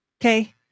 okay